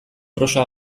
prosa